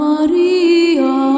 Maria